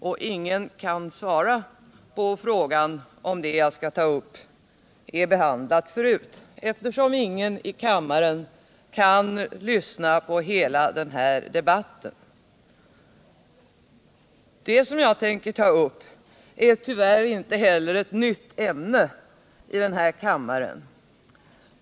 Och ingen kan svara på frågan huruvida det som jag skall ta upp är behandlat förut, eftersom ingen i kammaren kan lyssna på hela den här debatten. Det som jag tänker ta upp är tyvärr inte heller något nytt ämne i denna kammare.